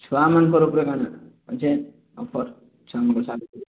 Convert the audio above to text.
ଛୁଆମାନଙ୍କ ଉପରେ କ'ଣ ଅଛି ଅଛି ଅଫର ଛୁଆମାନଙ୍କ ସାର୍ଟ ଦେଖଇବେ